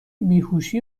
بیهوشی